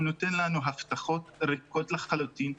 הוא נותן לנו הבטחות ריקות לחלוטין,